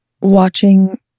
watching